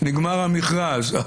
נגמר המכרז.